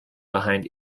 behind